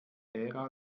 ära